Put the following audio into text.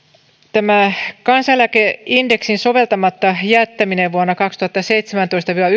kansaneläkeindeksin soveltamatta jättäminen vuosina kaksituhattaseitsemäntoista viiva